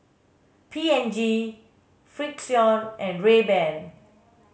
P and G Frixion and Rayban